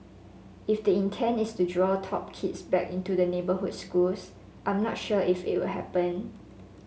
if the intent is to draw top kids back into the neighbourhood schools I'm not sure if it will happen